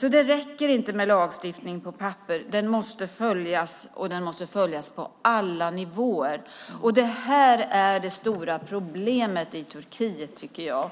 Det räcker inte med lagstiftning på papper. Den måste följas, och den måste följas på alla nivåer. Det är det stora problemet i Turkiet, tycker jag.